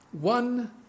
one